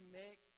make